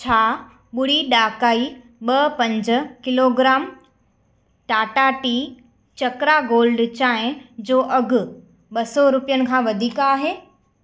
छा ॿुड़ी ॾाकाई ॿ पंज kilogram Tata tea Chakra gold चांहि जो अघि ॿ सौ रुपियनि खां वधीक आहे